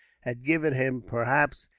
had given him, perhaps,